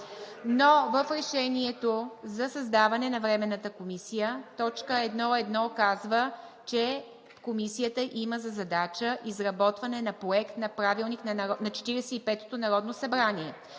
Но в Решението за създаване на Временната комисия, точка 1.1 казва, че Комисията има за задача изработване на Проект на Правилник на 45-ото народно събрание.